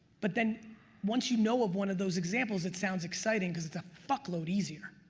but then once you know of one of those examples it sounds exciting because it's a fuckload easier.